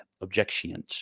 objection